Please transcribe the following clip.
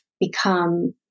become